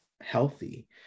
healthy